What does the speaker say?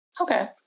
Okay